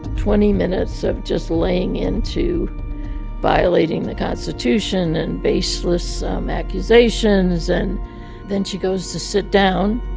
twenty minutes of just laying into violating the constitution and baseless accusations. and then she goes to sit down.